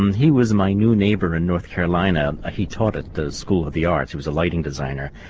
um he was my new neighbor in north carolina. ah he taught at the school of the arts, he was a lighting designer.